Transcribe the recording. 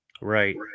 Right